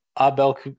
Abel